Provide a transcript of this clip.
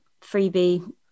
freebie